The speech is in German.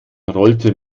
rollte